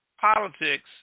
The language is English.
politics